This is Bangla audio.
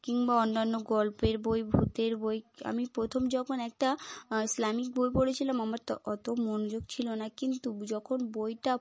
কিংবা অন্যান্য গল্পের বই ভূতের বই আমি প্রথম যখন একটা ইসলামিক বই পড়েছিলাম আমার তো অত মনোযোগ ছিল না কিন্তু যখন বইটা